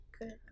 Good